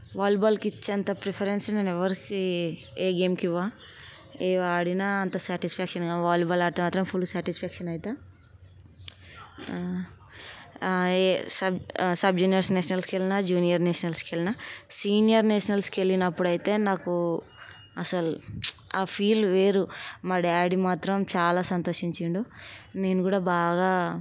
వాలీబాల్కి ఇచ్చే అంత ప్రిఫరెన్స్ నేను ఎవరికీ ఏ గేమ్కి ఇవ్వను ఏవి ఆడినా అంత సాటిస్ఫాక్షన్గా వాలిబాల్ ఆడితే ఫుల్ సాటిస్ఫాక్షన్ అవుతా సబ్ సబ్ జూనియర్ నేషనల్స్కి వెళ్ళిన జూనియర్ నేషనల్స్కి వెళ్ళిన సీనియర్ నేషనల్స్కి వెళ్ళినప్పుడు అయితే నాకు అస్సలు ఆ ఫీల్ వేరు మా డాడీ మాత్రం చాలా సంతోషించిండు నేను కూడా బాగా